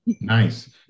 Nice